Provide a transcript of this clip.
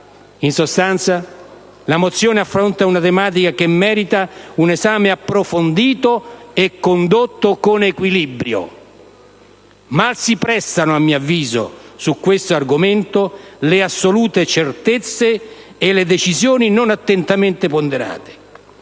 In sostanza, la mozione affronta una tematica che merita un esame approfondito e condotto con equilibrio. Mal si prestano, a mio avviso, su questo argomento le assolute certezze e le decisioni non attentamente ponderate.